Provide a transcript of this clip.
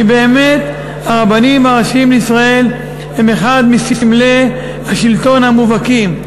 כי באמת הרבנים הראשיים לישראל הם אחד מסמלי השלטון המובהקים.